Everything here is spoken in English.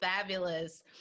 fabulous